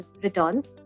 returns